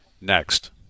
next